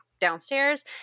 downstairs